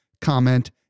comment